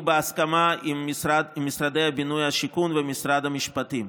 בהסכמה עם משרד הבינוי והשיכון ומשרד המשפטים.